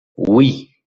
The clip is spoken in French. oui